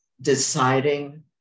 deciding